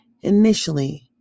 initially